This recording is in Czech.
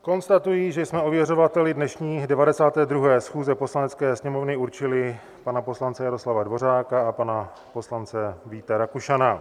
Konstatuji, že jsme ověřovateli dnešní 92. schůze Poslanecké sněmovny určili pana poslance Jaroslava Dvořáka a pana poslance Víta Rakušana.